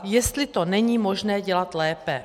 Jestli to není možné dělat lépe.